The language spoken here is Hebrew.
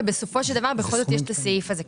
ובסופו של דבר בכל זאת יש את הסעיף הזה כאן.